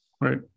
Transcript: Right